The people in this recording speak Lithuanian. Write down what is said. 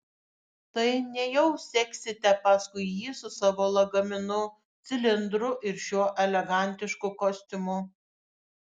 tai nejau seksite paskui jį su savo lagaminu cilindru ir šiuo elegantišku kostiumu